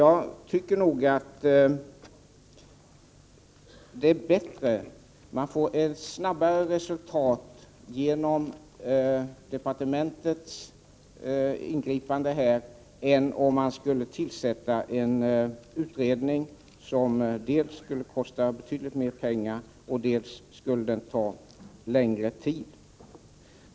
Jag tror att man får ett snabbare resultat genom detta departementets ingripande än om man skulle tillsätta en utredning som dels skulle kosta betydligt mera pengar, dels skulle ta längre tid.